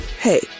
Hey